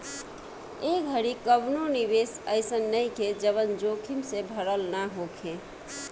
ए घड़ी कवनो निवेश अइसन नइखे जवन जोखिम से भरल ना होखे